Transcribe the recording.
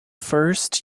first